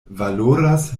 valoras